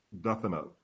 definite